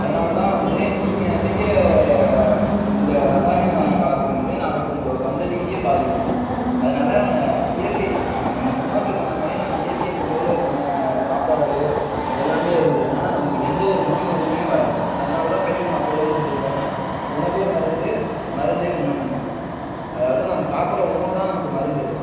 அதனால் தான் வந்து நீங்கள் செய்கிற இந்த ரசாயன கலப்பு வந்து நாளைக்கு உங்களோட சந்ததியே பாதிக்கும் அதனால் இயற்கை நம்ம முன்னோர்கள் பண்ண மாதிரியே நம்ம இயற்கை முறையில் நம்ம சாப்பாடு எல்லாமே இருந்ததுனால் நமக்கு எந்த ஒரு நோய் நொடியுமே வராது அதனால்தான் பெரியவங்க அப்பலேருந்து சொல்லியிருக்காங்க உணவே மருந்து மருந்தே உணவுன்னு அதாவது நம்ம சாப்பிட்ற உணவு தான் நமக்கு மருந்து